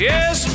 Yes